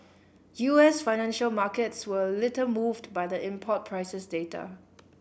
U S financial markets were little moved by the import prices data